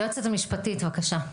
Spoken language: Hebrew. היועצת המשפטית, בבקשה.